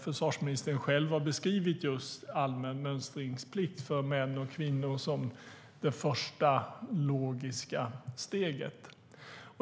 Försvarsministern har beskrivit just allmän mönstringsplikt för män och kvinnor som det första logiska steget.